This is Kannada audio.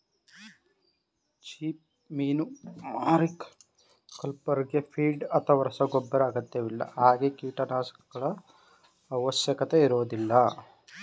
ಚಿಪ್ಪುಮೀನು ಮಾರಿಕಲ್ಚರ್ಗೆ ಫೀಡ್ ಅಥವಾ ರಸಗೊಬ್ಬರ ಅಗತ್ಯವಿಲ್ಲ ಹಾಗೆ ಕೀಟನಾಶಕಗಳ ಅವಶ್ಯಕತೆ ಇರೋದಿಲ್ಲ